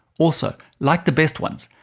also, like the best ones,